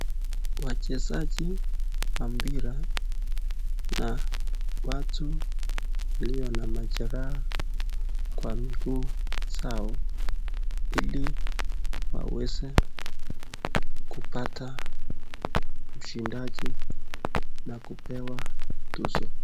Wachezaji wa mpira na watu walio na majeraha kwa miguu zao ili waweze kupata ushindaji na kupewa tuzo.